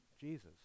Jesus